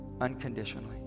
unconditionally